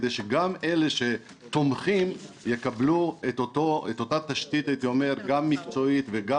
כדי שגם אלה שתומכים יקבלו את אותה תשתית גם מקצועית וגם